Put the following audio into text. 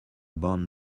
born